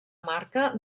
marca